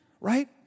Right